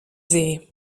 see